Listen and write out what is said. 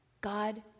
God